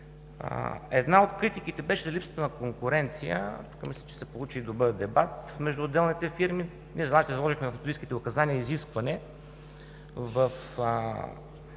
Една от критиките беше липса на конкуренция. Мисля, че се получи добър дебат между отделните фирми. Знаете, че заложихме в техническите указания изискване в